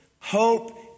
Hope